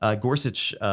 Gorsuch